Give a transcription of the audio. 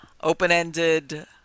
open-ended